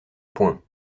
point